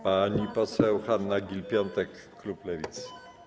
Pani poseł Hanna Gill-Piątek, klub Lewicy.